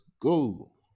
go